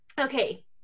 okay